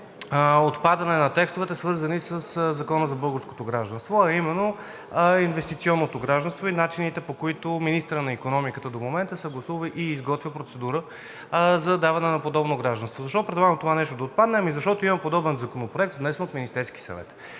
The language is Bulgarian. отпадане на текстовете, свързани със Закона за българското гражданство, а именно инвестиционното гражданство и начините, по които министърът на икономиката до момента съгласува и изготвя процедура за даване на подобно гражданство. Защо предлагам това нещо да отпадне? Защото има подобен законопроект, внесен от Министерския съвет.